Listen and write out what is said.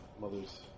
Mother's